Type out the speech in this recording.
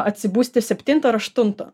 atsibusti septintą aštunto